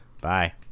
Bye